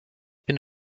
bin